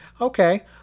okay